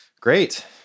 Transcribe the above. Great